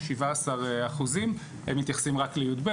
של 17%. הם מתייחסים רק לי״ב,